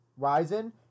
Ryzen